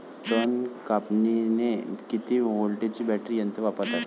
तन कापनीले किती व्होल्टचं बॅटरी यंत्र वापरतात?